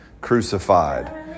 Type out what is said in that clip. crucified